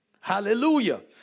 Hallelujah